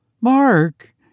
Mark